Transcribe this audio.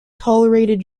tolerated